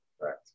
correct